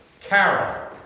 carol